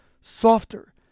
softer